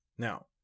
Now